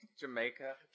Jamaica